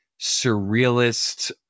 surrealist